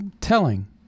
telling